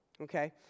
Okay